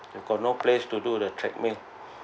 you got no place to do the treadmill